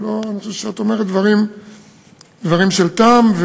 אני חושב שאת אומרת דברים של טעם,